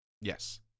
Yes